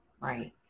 Right